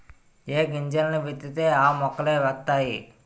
ఏ గింజల్ని విత్తితే ఆ మొక్కలే వతైయి